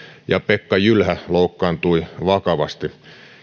ja pekka jylhä loukkaantui vakavasti